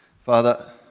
Father